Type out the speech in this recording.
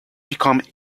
become